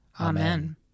Amen